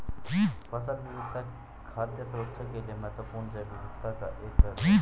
फसल विविधता खाद्य सुरक्षा के लिए महत्वपूर्ण जैव विविधता का एक पहलू है